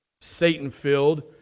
Satan-filled